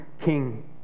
King